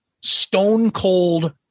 stone-cold